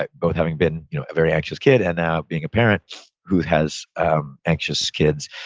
like both having been a very anxious kid and now being a parent who has ah anxious kids,